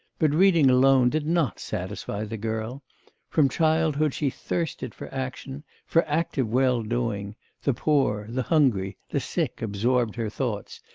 but reading alone did not satisfy the girl from childhood she thirsted for action, for active well-doing the poor, the hungry, and the sick absorbed her thoughts,